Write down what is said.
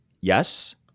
yes